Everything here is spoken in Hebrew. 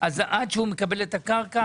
עד שהוא מקבל את הקרקע,